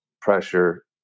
pressure